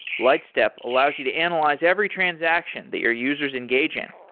lightstep allows you to analyze every transaction that your users engage in.